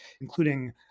including